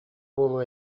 буолуо